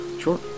Sure